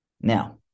Now